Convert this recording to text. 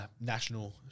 national